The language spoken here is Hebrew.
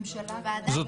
זאת